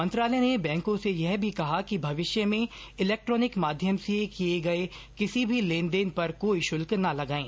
मंत्रालय ने बैंकों से यह भी कहा कि भविष्य में इलेक्ट्रोनिक माध्यम से किये गये किसी भी लेनदेन पर कोई शुल्क न लगायें